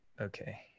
Okay